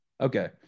Okay